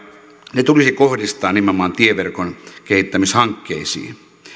ne tulisi kohdistaa nimenomaan tieverkon kehittämishankkeisiin